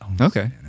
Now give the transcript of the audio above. Okay